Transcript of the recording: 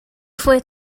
fue